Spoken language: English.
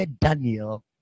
Daniel